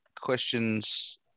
questions